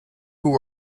who